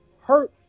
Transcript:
hurt